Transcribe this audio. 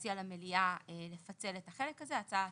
להציע למליאה לפצל את החלק הזה, ההצעה